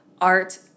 art